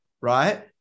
right